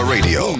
Radio